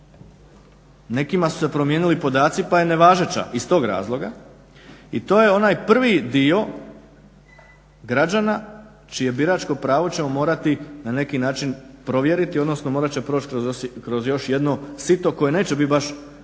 nekima su se promijenili podaci pa je nevažeća iz tog razloga i to je onaj prvi dio građana čije biračko pravo ćemo morati na neki način provjeriti odnosno morat ćemo proći kroz još jedno sito koje neće biti baš ni